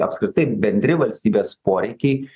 apskritai bendri valstybės poreikiai